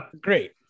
great